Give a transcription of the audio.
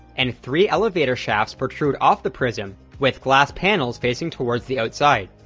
and three elevator shafts protrude off the prism with glass panels facing towards the outside.